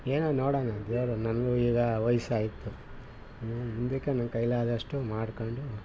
ಏನೋ ನೋಡೋಣ ದೇವರು ನನಗು ಈಗ ವಯಸ್ಸಾಯ್ತು ಇನ್ನು ಮುಂದಕ್ಕೆ ನನ್ನ ಕೈಲಾದಷ್ಟು ಮಾಡ್ಕೊಂಡು